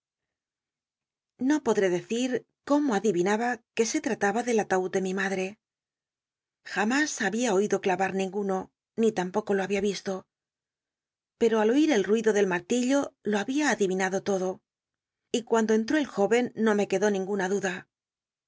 no podré decir cómo adivinaba que se trataba del ataud de mi madte jamüs había oído clavar ninguno ni tampoco lo había yisto pero al oir el ruido del martillo lo había adiyinado todo y cuando entró et jóyen no me quedó ninguna duda